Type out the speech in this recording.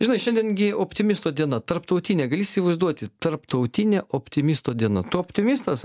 žinai šiandien gi optimisto diena tarptautinė gali įsivaizduoti tarptautinė optimisto diena tu optimistas